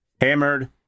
hammered